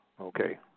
Okay